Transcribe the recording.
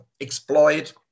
exploit